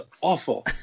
awful